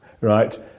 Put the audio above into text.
right